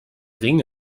ring